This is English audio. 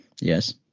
Yes